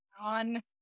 On